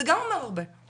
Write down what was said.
זה גם אומר הרבה.